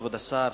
כבוד השר,